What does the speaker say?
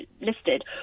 listed